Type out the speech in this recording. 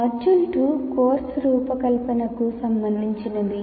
module 2 course రూపకల్పనకు సంబంధించినది